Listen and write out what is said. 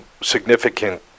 significant